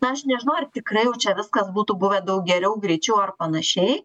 na aš nežinau ar tikrai čia viskas būtų buvę daug geriau greičiau ar panašiai